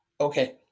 Okay